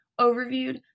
overviewed